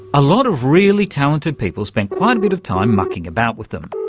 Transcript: a lot of really talented people spent quite a bit of time mucking about with them,